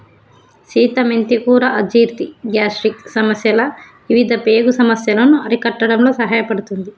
సీత మెంతి కూర అజీర్తి, గ్యాస్ట్రిక్ సమస్యలు ఇవిధ పేగు సమస్యలను అరికట్టడంలో సహాయపడుతుంది